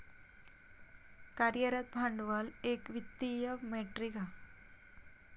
कार्यरत भांडवल एक वित्तीय मेट्रीक हा